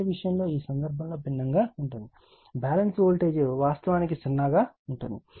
current విషయంలో ఈ సందర్భంలో భిన్నంగా ఉంటుంది బ్యాలెన్స్ వోల్టేజ్ వాస్తవానికి సున్నా గా ఉంటుంది